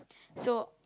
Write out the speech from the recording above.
so